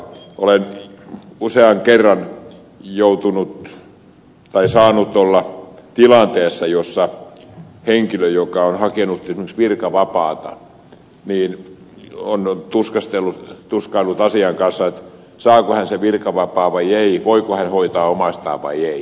olen usean kerran saanut olla tilanteessa jossa henkilö joka on hakenut esimerkiksi virkavapaata on tuskaillut asian kanssa saako hän sen virkavapaan vai ei voiko hän hoitaa omaistaan vai ei